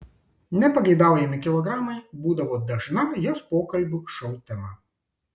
nepageidaujami kilogramai būdavo dažna jos pokalbių šou tema